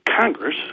Congress